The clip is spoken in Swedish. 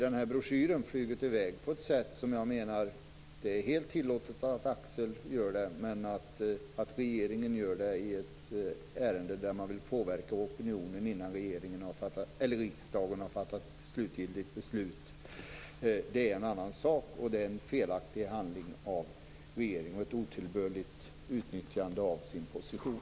Det är helt tillåtet att Axel Andersson gör det, men att regeringen gör det i ett ärende där man vill påverka opinionen innan riksdagen har fattat slutgiltigt beslut är en annan sak. Det är en felaktig handling av regeringen och ett otillbörligt utnyttjande av sin position.